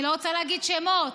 אני לא רוצה להגיד שמות,